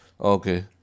Okay